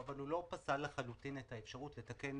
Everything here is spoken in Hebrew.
אבל הוא לא פסל לחלוטין את האפשרות לתקן